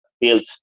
built